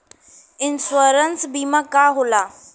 Insurance बीमा का होला?